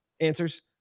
answers